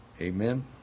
Amen